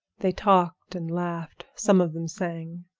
they talked and laughed some of them sang.